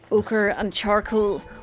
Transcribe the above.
ochre and charcoal.